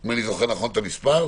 אם אני זוכר נכון את המספר.